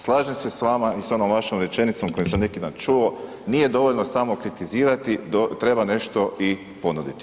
Slažem se s vama i sa onom vašom rečenicom koju sam neki dan čuo, nije dovoljno samo kritizirati, treba nešto i ponuditi.